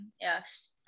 yes